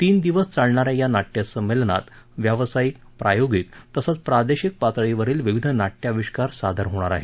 तीन दिवस चालणा या या नाट्यसंमेलनात व्यावसायिक प्रायोगिक तसंच प्रादेशिक पातळीवरील विविध नाट्याविष्कार सादर होणार आहेत